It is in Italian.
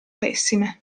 pessime